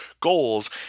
goals